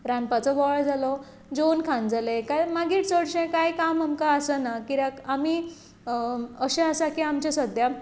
रांदपाचो बोवाळ जालो जेवन खावन जालें मागीर चडशें कांय काम आमकां आसना कित्याक आमी अशें आसा की आमचें सद्या